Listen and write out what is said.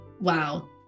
wow